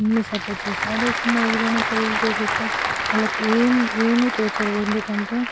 అన్నీ సపోర్ట్ చేసి అదే చిన్న ఏజ్లోనే పెళ్ళి చేసేస్తే వాళ్ళకి ఏమి ఏమి తోచదు ఎందుకంటే